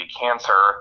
cancer